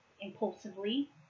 impulsively